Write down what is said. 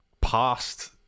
past